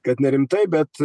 kad nerimtai bet